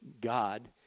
God